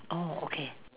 oh okay